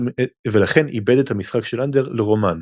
ולכן עיבד את המשחק של אנדר לרומן.